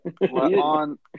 on